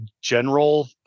general